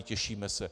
Těšíme se.